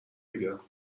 بگیرم